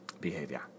behavior